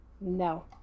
no